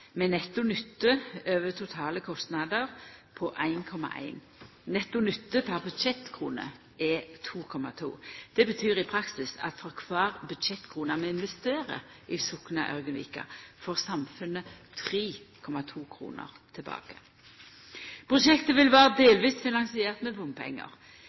netto nytte over totale kostnader på 1,1. Netto nytte per budsjettkrone er 2,2. Det betyr i praksis at for kvar budsjettkrone vi investerer i Sokna–Ørgenvika, får samfunnet 3,2 kr tilbake. Prosjektet vil vera delvis finansiert med